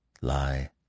Lie